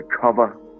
cover